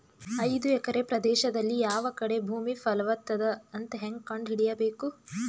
ಐದು ಎಕರೆ ಪ್ರದೇಶದಲ್ಲಿ ಯಾವ ಕಡೆ ಭೂಮಿ ಫಲವತ ಅದ ಅಂತ ಹೇಂಗ ಕಂಡ ಹಿಡಿಯಬೇಕು?